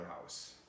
house